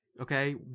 okay